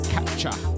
Capture